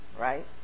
right